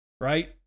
right